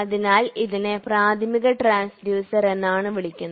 അതിനാൽ ഇതിനെ പ്രാഥമിക ട്രാൻസ്ഡ്യൂസർ എന്നാണ് വിളിക്കുന്നത്